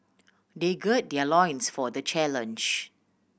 they gird their loins for the challenge